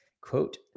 quote